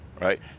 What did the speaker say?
right